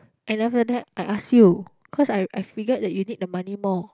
and after that I asked you cause I I figured that you need the money more